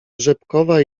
rzepkowa